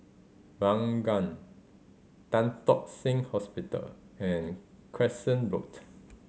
Ranggung Tan Tock Seng Hospital and Crescent Road